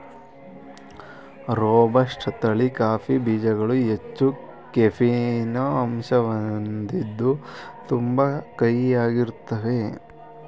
robusta ತಳಿ coffee ಬೀಜ್ಗಳು ಹೆಚ್ಚು ಕೆಫೀನ್ ಅಂಶನ ಹೊಂದಿದ್ದು ತುಂಬಾ ಕಹಿಯಾಗಿರ್ತಾವೇ